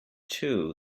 too